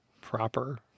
proper